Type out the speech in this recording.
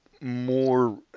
more